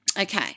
Okay